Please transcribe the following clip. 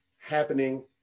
happening